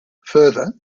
further